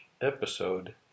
episode